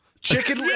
Chicken